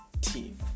team